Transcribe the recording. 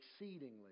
exceedingly